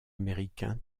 américain